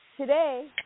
today